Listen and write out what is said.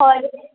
sorry